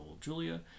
julia